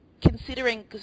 Considering